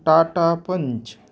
Tata Panch